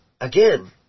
again